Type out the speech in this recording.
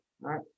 right